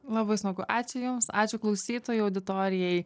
labai smagu ačiū jums ačiū klausytojų auditorijai